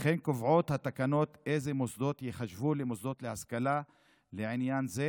כן קובעות התקנות אילו מוסדות ייחשבו למוסדות להשכלה לעניין זה,